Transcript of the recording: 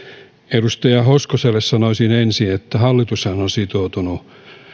edustaja hoskoselle sanoisin ensin että hallitushan on sitoutunut